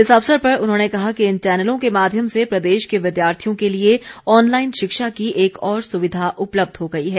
इस अवसर पर उन्होंने कहा कि इन चैनलों के माध्यम से प्रदेश के विद्यार्थियों के लिए ऑनलाईन शिक्षा की एक और सुविधा उपलब्ध हो गई है